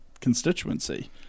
constituency